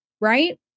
right